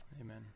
Amen